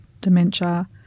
dementia